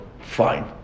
fine